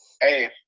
Hey